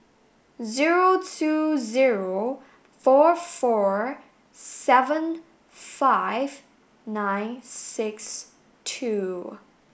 zero two zero four four seven five nine six two